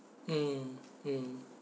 mm mm